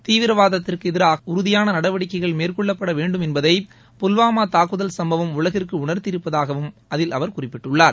தீவிரவாதத்திற்கு எதிராக உறுதியான நடவடிக்கைகள் மேற்கொள்ளப்பட வேண்டும் என்பதை புல்வாமா தாக்குதல் சம்பவம் உலகிற்கு உணர்த்தியிருப்பதாகவும் அதில் அவர் குறிப்பிட்டுள்ளார்